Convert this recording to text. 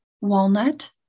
walnut